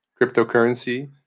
cryptocurrency